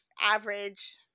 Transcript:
average